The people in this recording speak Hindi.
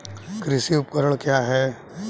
कृषि उपकरण क्या है?